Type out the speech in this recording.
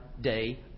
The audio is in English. day